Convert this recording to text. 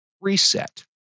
reset